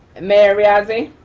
mary riazi.